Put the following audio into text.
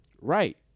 Right